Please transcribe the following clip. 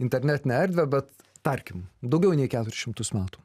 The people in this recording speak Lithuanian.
internetinę erdvę bet tarkim daugiau nei keturis šimtus metų